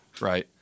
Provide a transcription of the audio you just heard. right